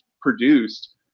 produced